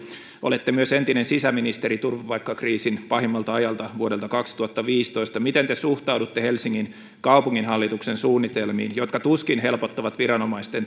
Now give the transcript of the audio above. olette myös entinen sisäministeri turvapaikkakriisin pahimmalta ajalta vuodelta kaksituhattaviisitoista miten te suhtaudutte helsingin kaupunginhallituksen suunnitelmiin jotka tuskin helpottavat viranomaisten